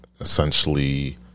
essentially